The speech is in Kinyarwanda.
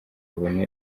babona